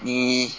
你